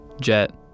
Jet